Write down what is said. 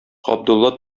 габдулла